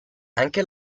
anche